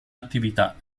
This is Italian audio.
attività